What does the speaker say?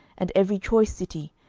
and every choice city,